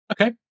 Okay